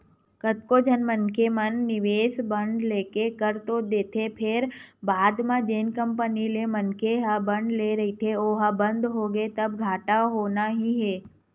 कतको झन मनखे मन निवेस बांड लेके कर तो देथे फेर बाद म जेन कंपनी ले मनखे ह बांड ले रहिथे ओहा बंद होगे तब घाटा होना ही हे